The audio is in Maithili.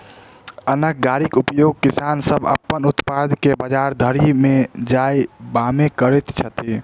अन्न गाड़ीक उपयोग किसान सभ अपन उत्पाद के बजार धरि ल जायबामे करैत छथि